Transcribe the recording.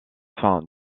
fin